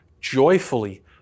joyfully